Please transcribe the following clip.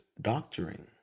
doctoring